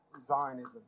Zionism